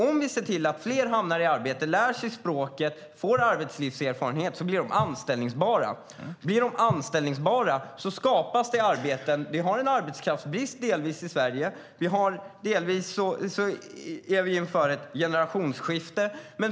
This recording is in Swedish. Om vi ser till att fler hamnar i arbete, lär sig språket och får arbetslivserfarenhet blir de anställbara. Blir de anställbara skapas det arbeten. Vi har delvis arbetskraftsbrist i Sverige och står inför ett generationsskifte.